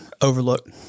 overlook